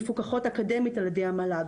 מפוקחות אקדמית על ידי המל"ג.